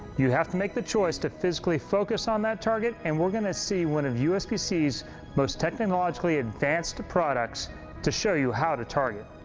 you have to make the choice to physically focus on that target and we're going to see one of usbc's most technologically advanced products to show you how to target.